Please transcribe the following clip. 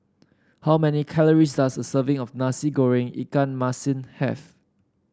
how many calories does a serving of Nasi Goreng Ikan Masin have